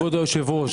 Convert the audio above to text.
כבוד היושב-ראש,